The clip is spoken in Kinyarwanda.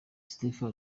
stephen